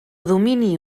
domini